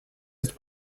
ist